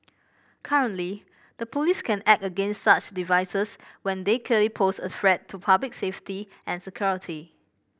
currently the police can act against such devices when they clearly pose a threat to public safety and security